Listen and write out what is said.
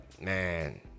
Man